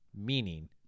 Meaning